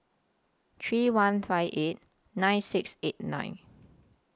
three one five eight nine six eight nine